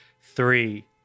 Three